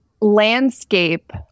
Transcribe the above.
landscape